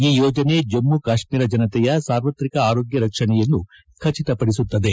ಈ ಯೋಜನೆ ಜಮ್ಮ ಕಾಶ್ಮೀರ ಜನತೆಯ ಸಾರ್ವತ್ರಿಕ ಆರೋಗ್ಕ ರಕ್ಷಣೆಯನ್ನು ಖಚಿತಪಡಿಸುತ್ತದೆ